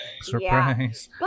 Surprise